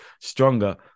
stronger